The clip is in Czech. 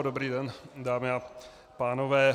Dobrý den, dámy a pánové.